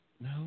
no